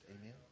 Amen